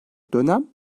dönem